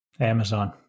Amazon